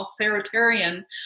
authoritarian